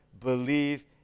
believe